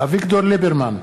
אביגדור ליברמן,